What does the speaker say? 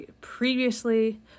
previously